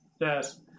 Yes